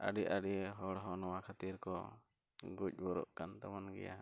ᱟᱰᱤᱼᱟᱹᱰᱤ ᱦᱚᱲᱦᱚᱸ ᱱᱚᱣᱟ ᱠᱷᱟᱹᱛᱤᱨ ᱠᱚ ᱜᱚᱡᱼᱜᱩᱨᱩᱜ ᱠᱟᱱ ᱛᱟᱵᱚᱱ ᱜᱮᱭᱟ